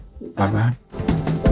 Bye-bye